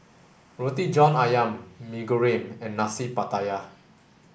Roti John Ayam Mee Goreng and Nasi Pattaya